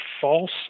false